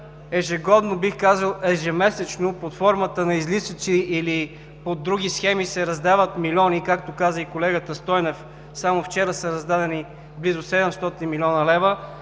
ежегодно, бих казал ежемесечно, под формата на излишъци или други схеми, се раздават милиони, както каза и колегата Стойнев, само вчера са раздадени близо 700 млн. лв.,